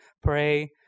pray